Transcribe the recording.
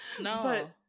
No